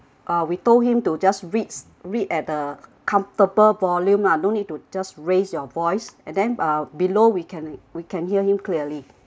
uh we told him to just reads read at the comfortable volume ah no need to just raise your voice and then uh below we can we can hear him clearly